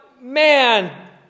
man